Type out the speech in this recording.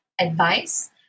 advice